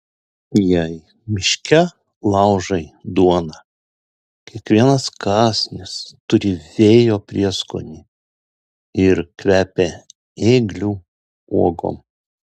jei miške laužai duoną kiekvienas kąsnis turi vėjo prieskonį ir kvepia ėglių uogom